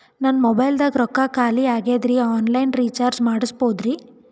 ನನ್ನ ಮೊಬೈಲದಾಗ ರೊಕ್ಕ ಖಾಲಿ ಆಗ್ಯದ್ರಿ ಆನ್ ಲೈನ್ ರೀಚಾರ್ಜ್ ಮಾಡಸ್ಬೋದ್ರಿ?